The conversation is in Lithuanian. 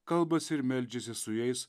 kalbasi ir meldžiasi su jais